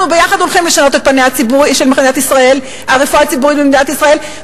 אנחנו ביחד הולכים לשנות את פניה של הרפואה הציבורית במדינת ישראל,